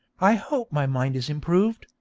i hope my mind is improved,